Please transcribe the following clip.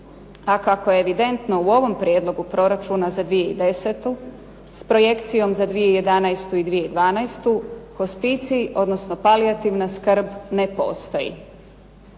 a kako je evidentno u ovom Prijedlogu proračuna za 2010. s projekcijom za 2011. i 2012. hospicij, odnosno palijativna skrb ne postoji.